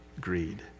greed